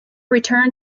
return